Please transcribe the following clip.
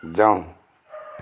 जाऊ